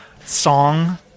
song